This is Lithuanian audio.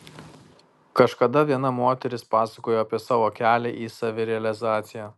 kažkada viena moteris pasakojo apie savo kelią į savirealizaciją